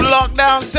Lockdown